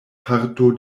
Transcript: parto